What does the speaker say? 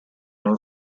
non